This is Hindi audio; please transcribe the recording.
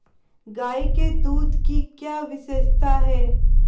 गाय के दूध की क्या विशेषता है?